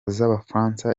z’abafaransa